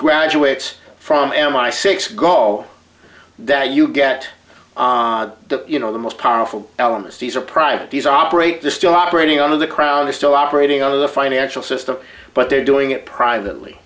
graduates from m i six go that you get the you know the most powerful elements these are private these operate the still operating on of the crowd are still operating out of the financial system but they're doing it privately